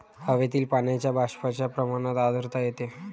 हवेतील पाण्याच्या बाष्पाच्या प्रमाणात आर्द्रता येते